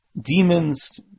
demons